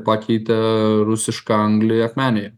pakeitė rusišką anglį akmenėje